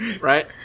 right